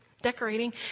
decorating